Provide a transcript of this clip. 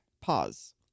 pause